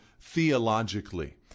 theologically